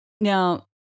Now